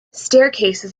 staircases